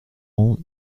rangs